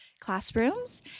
classrooms